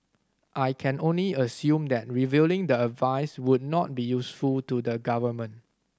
I can only assume that revealing the advice would not be useful to the government